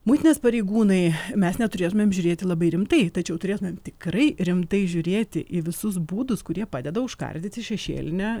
muitinės pareigūnai mes neturėtumėm žiūrėti labai rimtai tačiau turėtumėm tikrai rimtai žiūrėti į visus būdus kurie padeda užkardyti šešėlinę